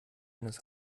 eines